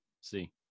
see